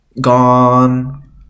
gone